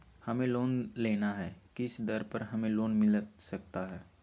हमें लोन लेना है किस दर पर हमें लोन मिलता सकता है?